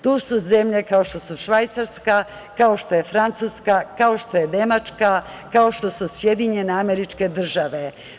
To su zemlje kao što su Švajcarska, kao što je Francuska, kao što je Nemačka, kao što su SAD.